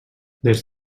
des